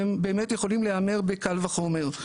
הם באמת יכולים להיאמר בקל וחומר,